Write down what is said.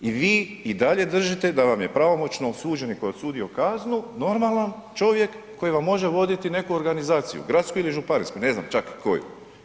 I vi i dalje držite da vam je pravomoćno osuđen i tko je odsudio kaznu normalan čovjek koji vam može voditi neku organizaciju, gradsku ili županijsku, ne znam čak koju.